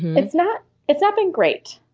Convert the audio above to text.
it's not it's not been great.